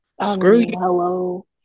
Hello